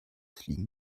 fliegen